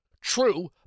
True